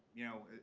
you know,